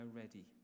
ready